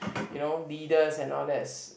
you know leaders and all that's